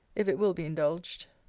if it will be indulged.